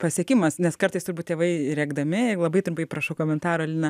pasiekimas nes kartais turbūt tėvai rėkdami ir labai trumpai prašau komentaro lina